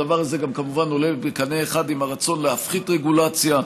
הדבר הזה כמובן עולה בקנה אחד עם הרצון להפחית רגולציה,